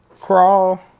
Crawl